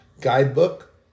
guidebook